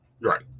Right